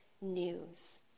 news